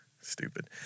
Stupid